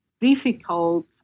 difficult